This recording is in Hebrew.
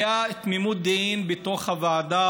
הייתה תמימות דעים בתוך הוועדה,